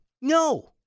No